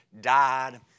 died